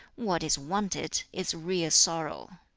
what is wanted is real sorrow.